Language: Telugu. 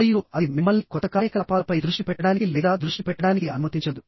మరియు అది మిమ్మల్ని కొత్త కార్యకలాపాలపై దృష్టి పెట్టడానికి లేదా దృష్టి పెట్టడానికి అనుమతించదు